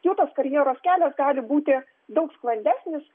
jų tas karjeros kelias gali būti daug sklandesnis